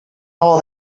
all